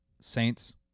Saints